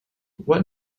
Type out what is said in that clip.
what